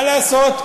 מה לעשות,